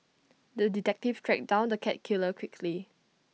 the detective tracked down the cat killer quickly